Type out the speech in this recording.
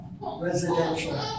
residential